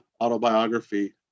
autobiography